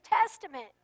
Testament